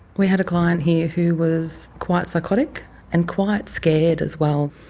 we had a client here who was quite psychotic and quite scared as well.